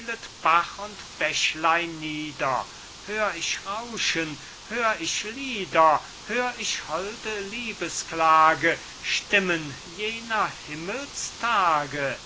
und bächlein nieder hör ich rauschen hör ich lieder hör ich holde liebesklage stimmen jener